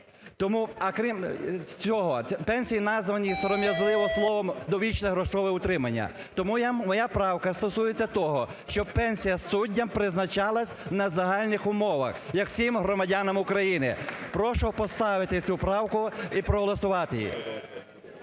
Тому… Окрім цього, пенсії названі сором'язливо "довічне грошове утримання". Тому моя правка стосується того, щоб пенсія суддям призначалась на загальних умовах, як всім громадянам України. Прошу поставити цю правку і проголосувати її.